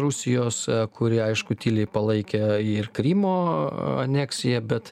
rusijos kuri aišku tyliai palaikė ir krymo aneksiją bet